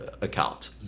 account